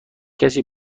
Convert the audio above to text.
کسی